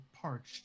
parched